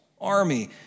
army